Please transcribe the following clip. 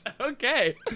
Okay